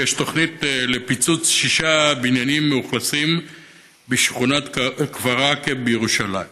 שיש תוכנית לפוצץ שישה בניינים מאוכלסים בשכונת כפר עקב בירושלים.